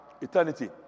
eternity